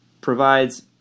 provides